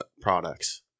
products